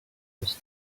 was